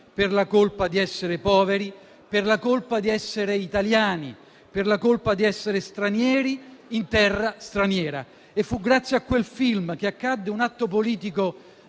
per la colpa di essere poveri, per la colpa di essere italiani e per la colpa di essere stranieri in terra straniera. E fu grazie a quel film che accadde un atto politico